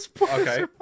Okay